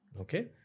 Okay